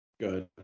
good